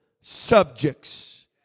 subjects